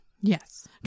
Yes